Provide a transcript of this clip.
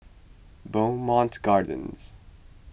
Bowmont Gardens